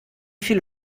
viele